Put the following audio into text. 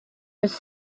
was